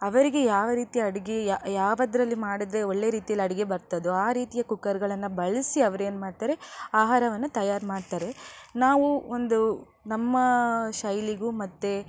ಅವರಿಗೆ ಯಾವ ರೀತಿ ಅಡುಗೆ ಯಾವುದ್ರಲ್ಲಿ ಮಾಡಿದರೆ ಒಳ್ಳೆಯ ರೀತಿಯಲ್ಲಿ ಅಡುಗೆ ಬರ್ತದೋ ಆ ರೀತಿಯ ಕುಕ್ಕರ್ಗಳನ್ನು ಬಳಸಿ ಅವ್ರೇನು ಮಾಡ್ತಾರೆ ಆಹಾರವನ್ನು ತಯಾರು ಮಾಡ್ತಾರೆ ನಾವು ಒಂದು ನಮ್ಮ ಶೈಲಿಗೂ ಮತ್ತು